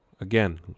Again